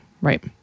right